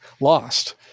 lost